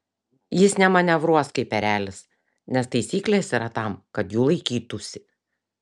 jis nemanevruos kaip erelis nes taisyklės yra tam kad jų laikytųsi